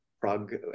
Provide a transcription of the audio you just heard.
Prague